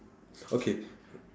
okay